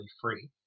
free